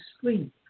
sleep